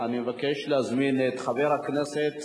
אני מבקש להזמין את חבר הכנסת